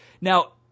Now